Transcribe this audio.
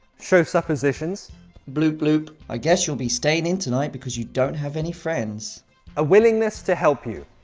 show suppositions bloop bloop i guess you'll be staying in tonight because you don't have any friends a willingness to help you